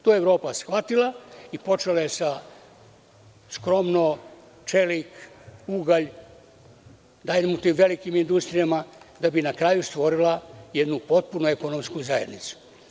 To je Evropa shvatila i počela je skromno – čelik, ugalj, dalje tim velikim industrijama, da bi na kraju stvorila jednu potpunu ekonomsku zajednicu.